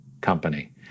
company